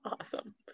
Awesome